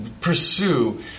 pursue